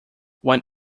when